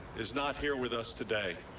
is not here with us today.